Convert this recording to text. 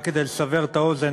רק כדי לסבר את האוזן,